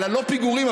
לא על פיגורים,